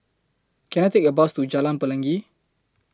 Can I Take A Bus to Jalan Pelangi